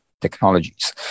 technologies